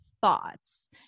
thoughts